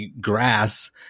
grass